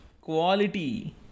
quality